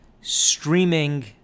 streaming